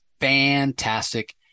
fantastic